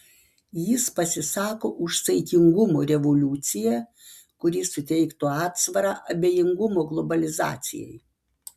jis pasisako už saikingumo revoliuciją kuri suteiktų atsvarą abejingumo globalizacijai